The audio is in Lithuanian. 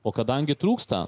o kadangi trūksta